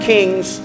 Kings